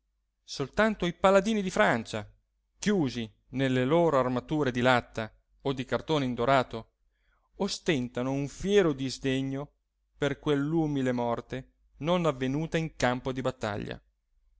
soltanto i paladini di francia chiusi nelle loro armature di latta o di cartone indorato ostentano un fiero disdegno per quell'umile morte non avvenuta in campo di battaglia